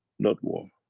not war.